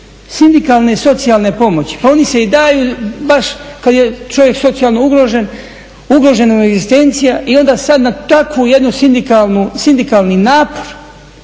sindikalne i socijalne pomoći, pa oni se i daju baš kad je čovjek socijalno ugrožen, ugrožena mu je egzistencija i onda sad na takvu jednu sindikalnu, sindikalni napor